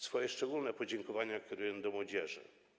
Swoje szczególne podziękowania kieruję do młodzieży.